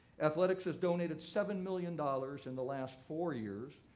athletics has donated seven million dollars in the last four years.